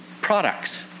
products